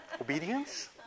Obedience